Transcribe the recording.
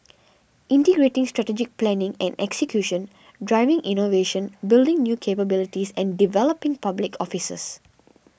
integrating strategic planning and execution driving innovation building new capabilities and developing public officers